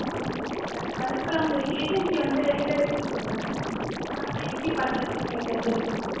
ஆ okay sir அதேபோல் உங்கள் agency வந்து எங்கே இருக்குது சொல்லுங்கள் சார் நாங்கள் எப்படி பண்ணுறதுனு எனக்கு சொல்லிக் கொடுங்க சார்